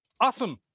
Awesome